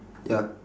ya